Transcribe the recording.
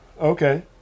Okay